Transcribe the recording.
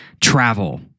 travel